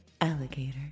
alligator